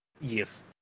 Yes